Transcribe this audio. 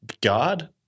god